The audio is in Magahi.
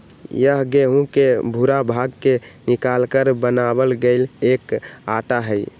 यह गेहूं के भूरा भाग के निकालकर बनावल गैल एक आटा हई